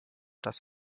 das